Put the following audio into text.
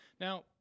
Now